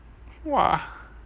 !wah!